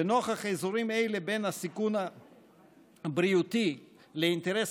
ונוכח איזונים אלה בין הסיכון הבריאותי לאינטרס